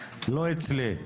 לא אצלי.